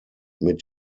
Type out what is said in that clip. mit